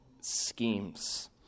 schemes